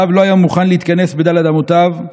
הרב לא היה מוכן להתכנס בד' אמותיו,